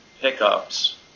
pickups